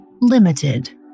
Limited